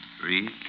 three